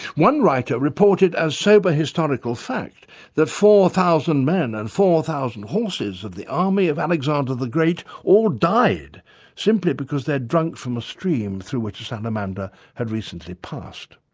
one writer reported as sober historical fact that four thousand men and four thousand horses of the army of alexander the great all died simply because they'd drunk from a stream through which a salamander had recently passed.